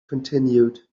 continued